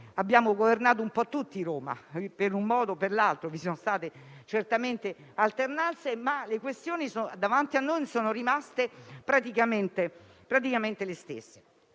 abbiamo governato un po' tutti Roma e in un modo o nell'altro vi sono state alternanze, ma le questioni davanti a noi sono rimaste praticamente le stesse.